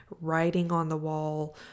writing-on-the-wall